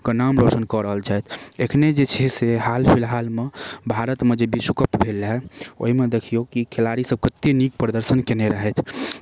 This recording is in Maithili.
के नाम रोशन कऽ रहल छथि एखने जे छै से हाल फिलहालमे भारतमे जे विश्वकप भेल रहै ओहिमे देखिऔ कि खेलाड़ीसब कतेक नीक प्रदर्शन कएने रहथि